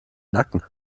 nacken